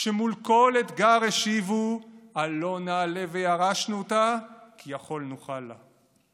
שמול כל אתגר השיבו "עלה נעלה וירשנו אותה כי יכול נוכל לה".